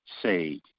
say